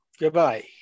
goodbye